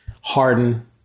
Harden